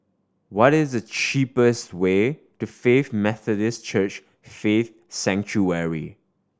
what is the cheapest way to Faith Methodist Church Faith Sanctuary